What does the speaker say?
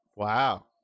Wow